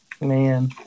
man